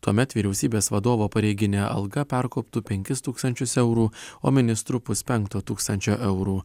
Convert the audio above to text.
tuomet vyriausybės vadovo pareiginė alga perkoptų penkis tūkstančius eurų o ministrų puspenkto tūkstančio eurų